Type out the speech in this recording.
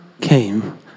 came